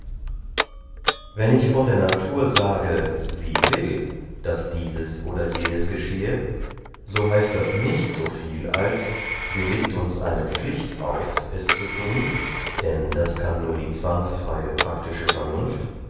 wenn ich von der natur sage sie will daß dieses oder jenes geschehe so heißt das nicht soviel als sie legt uns eine pflicht auf es zu thun denn das kann nur die zwangsfreye praktische vernunft